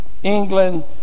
England